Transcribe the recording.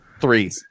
Three